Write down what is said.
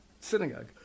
Synagogue